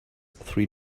three